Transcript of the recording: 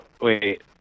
Wait